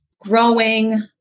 growing